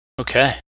Okay